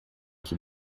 que